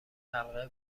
حلقه